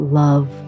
love